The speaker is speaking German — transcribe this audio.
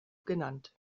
genannt